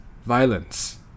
violence